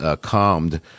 calmed